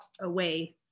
away